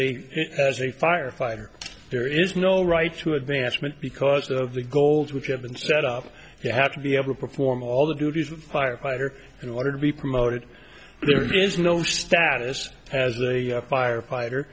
a as a firefighter there is no right to advancement because of the goals which have been set up you have to be able to perform all the duties of a firefighter in order to be promoted there is no status as a firefighter